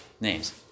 names